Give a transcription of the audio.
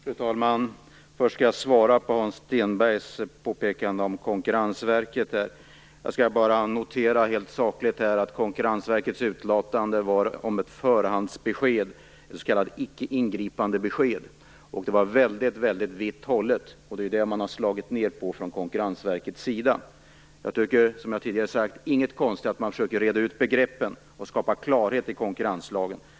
Fru talman! Först skall jag svara på Hans Stenbergs påpekande om Konkurrensverket. Jag skall bara helt sakligt notera att Konkurrensverkets utlåtande gällde ett förhandsbesked, ett s.k. icke-ingripande besked. Det var väldigt vitt hållet, och det är det man har slagit ned på från Konkurrensverkets sida. Det är inget konstigt i, som jag tidigare har sagt, att man försöker reda ut begreppen och skapa klarhet i konkurrenslagen.